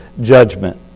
judgment